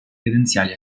credenziali